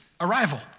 arrival